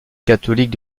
catholique